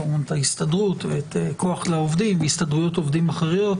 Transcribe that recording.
כמובן את ההסתדרות ואת "כוח לעובדים" והסתדרויות עובדים אחרות